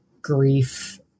grief